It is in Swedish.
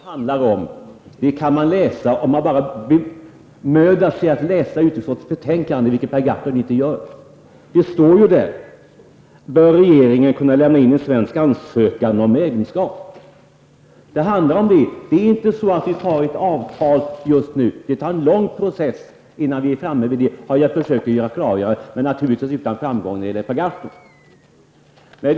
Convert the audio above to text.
Fru talman! Vad klarsignalen gäller kan man få reda på om man bara bemödar sig om att läsa utskottets betänkande, vilket Per Gahrton inte gör. Jag hänvisar till formuleringen ''bör regeringen kunna lämna in en svensk ansökan om medlemskap''. Det är det som det handlar om. Det är inte så att vi går in i ett avtal just nu. Det är en lång process till dess att vi är framme vid det, och det har jag försökt att klargöra, men naturligtvis utan framgång när det gäller Per Gahrton.